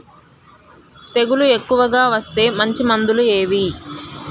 తెగులు ఎక్కువగా వస్తే మంచి మందులు ఏవి?